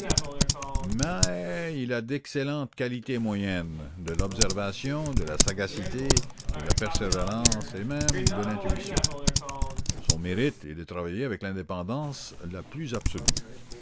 mais il a d'excellentes qualités moyennes de l'observation de la sagacité de la persévérance et même de l'intuition une intuition un peu confuse qui ne sait pas relier les faits entre eux son mérite est de travailler avec l'indépendance la plus absolue